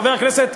חבר הכנסת,